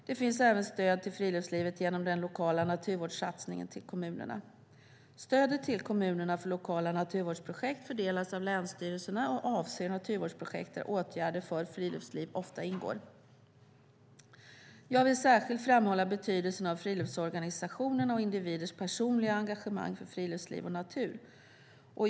Det finns även stöd till friluftslivet genom den lokala naturvårdssatsningen till kommunerna. Stödet till kommunerna för lokala naturvårdsprojekt fördelas av länsstyrelserna och avser naturvårdsprojekt där åtgärder för friluftsliv ofta ingår. Jag vill särskilt framhålla betydelsen av friluftsorganisationerna och individernas personliga engagemang för friluftsliv och natur.